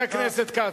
חבר הכנסת כץ,